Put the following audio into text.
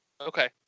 okay